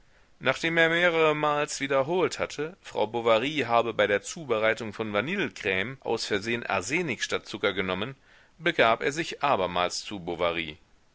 nachdem er mehreremals wiederholt hatte frau bovary habe bei der zubereitung von vanillecreme aus versehen arsenik statt zucker genommen begab er sich abermals zu bovary